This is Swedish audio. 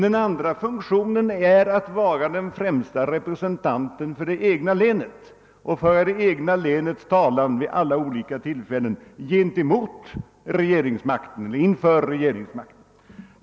Den andra är att han skall vara den främste representanten för det egna länet och föra dess talan vid alla tillfällen inför regeringsmakten.